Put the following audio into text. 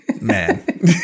Man